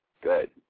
good